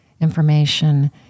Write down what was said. information